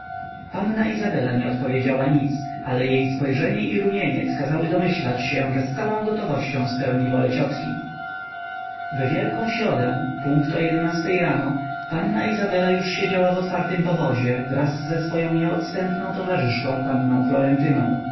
panna izabela nie odpowiedziała nic ale jej spojrzenie i rumieniec kazały domyślać się że z całą gotowością spełni wolę ciotki w wielką środę punkt o jedenastej rano panna izabela już siedziała w otwartym powozie wraz ze swoją nieodstępną towarzyszką panną florentyną po